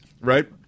right